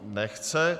Nechce.